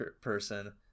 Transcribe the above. person